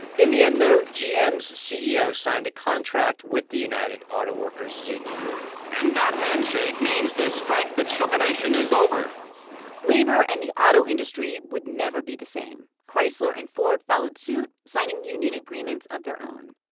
in the end, though, gm's ceo signed a contract with the united auto workers union and that handshake means the strike that but shook a nation is over labor and the auto industry would never be the same. chrysler and ford followed suit, signing union agreements of their own.